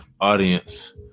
audience